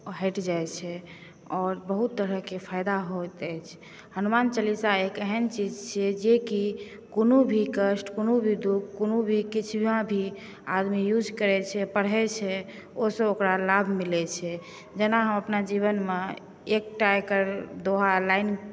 हटि जाइ छै आओर बहुत तरहकेँ फायदा होइत अछि हनुमान चालीसा एक एहन चीज छियै जेकि कोनो भी कष्ट कोनो भी दुःख कोनो भी किछु भी आदमी युज करै छै पढ़ै छै ओहिसे ओकरा लाभ मिलै छै जेना हम अपन जीवनमे एकटा एकर दोहा लाइन